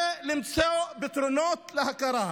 צריך למצוא פתרונות להכרה,